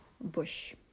Bush